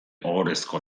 ohorezko